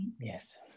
yes